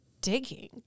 digging